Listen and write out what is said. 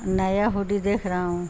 نیا ہوڈی دیکھ رہا ہوں